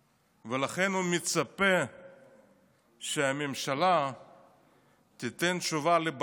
ולכן הוא מצפה שהממשלה תיתן תשובה לבג"ץ